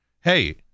hey